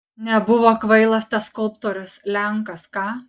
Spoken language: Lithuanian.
nebuvo kvailas tas skulptorius lenkas ką